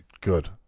Good